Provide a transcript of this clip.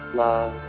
love